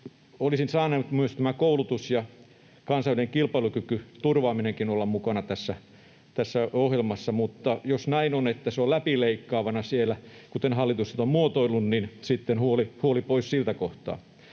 olisivat saaneet myös koulutus ja kansainvälisen kilpailukyvyn turvaaminenkin olla mukana tässä ohjelmassa, mutta jos näin on, että ne ovat läpileikkaavana siellä, kuten hallitus sitä on muotoillut, niin sitten huoli pois siltä kohtaa.